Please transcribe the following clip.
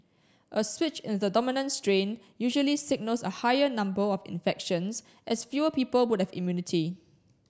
a switch in the dominant strain usually signals a higher number of infections as fewer people would have immunity